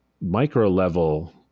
micro-level